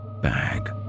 bag